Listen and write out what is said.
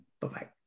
Bye-bye